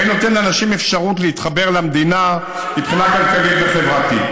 ואני נותן לאנשים אפשרות להתחבר למדינה מבחינה כלכלית וחברתית.